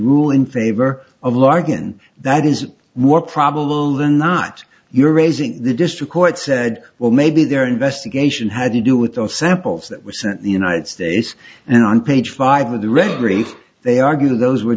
rule in favor of lard and that is more probable than not you're raising the district court said well maybe their investigation had to do with our samples that were sent the united states and on page five of the referee they argue those were